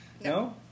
No